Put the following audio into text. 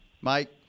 Mike